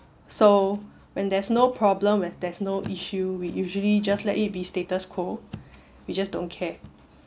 so when there's no problem when there's no issue we usually just let it be status quo we just don't care